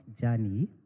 journey